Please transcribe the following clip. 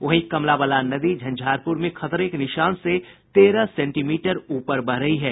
वहीं कमला बलान नदी झंझारपुर में खतरे के निशान से तेरह सेंटीमीटर ऊपर बह रही है